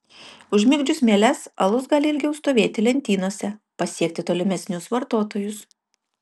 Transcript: užmigdžius mieles alus gali ilgiau stovėti lentynose pasiekti tolimesnius vartotojus